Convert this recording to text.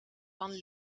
van